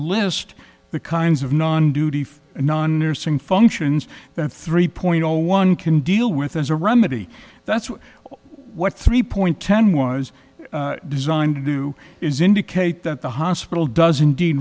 list the kinds of non duty for a non nursing functions then three point zero one can deal with as a remedy that's what three point turn was designed to do is indicate that the hospital does indeed